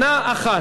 שנה אחת.